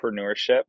entrepreneurship